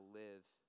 lives